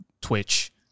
Twitch